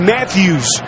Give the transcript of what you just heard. Matthews